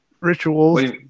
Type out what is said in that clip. rituals